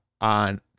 on